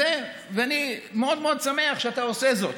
ואני מאוד מאוד שמח שאתה עושה זאת,